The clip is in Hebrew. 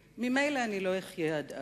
ממילא אני לא אחיה עד אז.